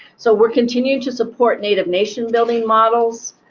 so we're continuing to support native nation-building models.